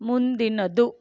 ಮುಂದಿನದು